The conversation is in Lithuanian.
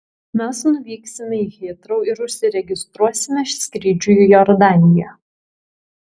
mes nuvyksime į hitrou ir užsiregistruosime skrydžiui į jordaniją